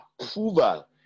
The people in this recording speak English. approval